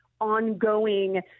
ongoing